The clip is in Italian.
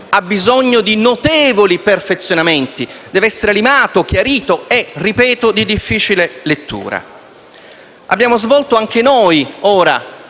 ha bisogno di notevoli perfezionamenti. Deve essere limato e chiarito ed è - ripeto - di difficile lettura. Abbiamo svolto anche noi ora